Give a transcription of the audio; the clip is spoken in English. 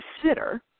consider